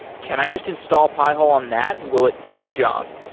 can i just install pi-hole on that and will it do the job?